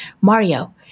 Mario